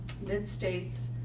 mid-states